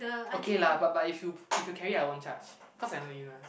okay lah but but if you if you carry I won't charge cause I know you ah